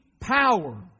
power